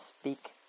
speak